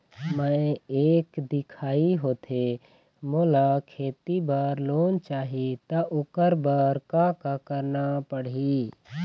मैं एक दिखाही होथे मोला खेती बर लोन चाही त ओकर बर का का करना पड़ही?